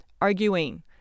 Arguing